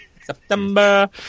September